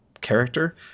character